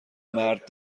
مرد